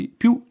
più